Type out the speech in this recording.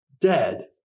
dead